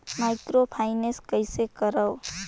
Microfinance कइसे करव?